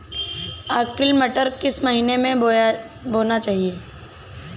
Arkel मटर किस महीना में बोना चाहिए?